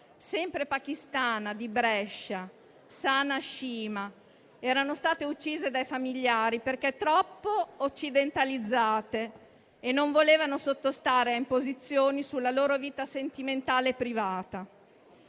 sempre pakistana di Brescia, Sana Cheema, erano state uccise dai familiari perché troppo occidentalizzate e non volevano sottostare a imposizioni sulla loro vita sentimentale privata.